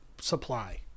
supply